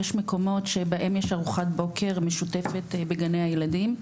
שמקומות שבהם יש ארוחת בוקר משותפת בגני הילדים.